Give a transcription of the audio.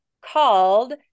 called